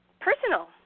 personal